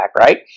right